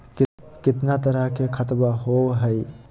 कितना तरह के खातवा होव हई?